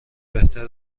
بهتره